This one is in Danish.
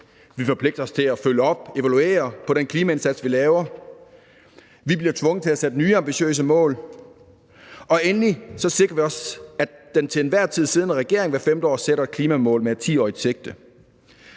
Vi forpligter os til at følge op på og evaluere den klimaindsats, vi laver. Vi bliver tvunget til at sætte nye ambitiøse mål. Og endelig sikrer vi også, at den til enhver tid siddende regering hvert 5. år sætter klimamål med et 10-årigt sigte.